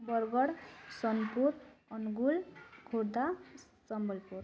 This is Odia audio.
ବରଗଡ଼ ସୋନପୁର ଅନୁଗୁଳ ଖୋର୍ଦ୍ଧା ସମ୍ବଲପୁର